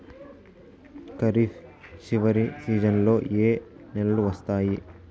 ఖరీఫ్ చివరి సీజన్లలో ఏ నెలలు వస్తాయి?